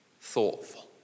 thoughtful